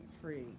free